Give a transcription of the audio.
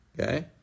Okay